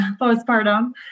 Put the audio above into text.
postpartum